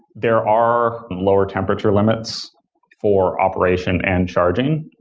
there are lower temperature limits for operation and charging.